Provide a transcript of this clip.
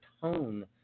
tone